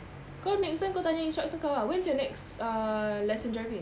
kau next time kau tanya instructor kau ah when's your next uh lesson driving